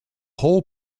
whole